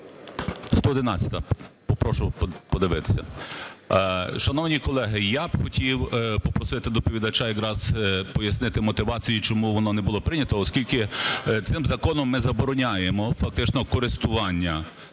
111-а, прошу подивитися. Шановні колеги, я б хотів попросити доповідача якраз пояснити мотивацію, чому воно не було прийнято, оскільки цим законом ми забороняємо фактично користування